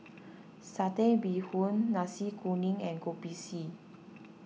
Satay Bee Hoon Nasi Kuning and Kopi C